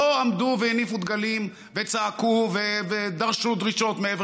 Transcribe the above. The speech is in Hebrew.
לא עמדו והניפו דגלים וצעקו ודרשו דרישות מעבר